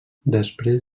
després